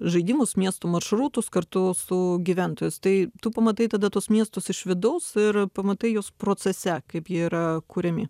žaidimus miestų maršrutus kartu su gyventojais tai tu pamatai tada tuos miestus iš vidaus ir pamatai juos procese kaip jie yra kuriami